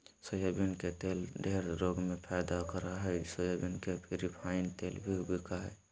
soybean के तेल ढेर रोग में फायदा करा हइ सोयाबीन के रिफाइन तेल भी बिका हइ